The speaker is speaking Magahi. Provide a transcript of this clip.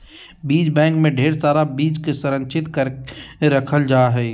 बीज बैंक मे ढेर सारा बीज के संरक्षित करके रखल जा हय